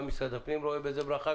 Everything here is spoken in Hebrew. משרד הפנים רואה בזה ברכה,